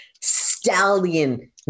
stallion